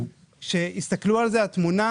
לצד זאת, כמו שציינו פה,